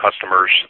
customers